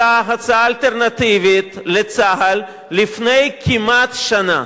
כתוצאה מזה הוצעה הצעה אלטרנטיבית לצה"ל לפני כמעט שנה.